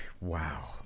wow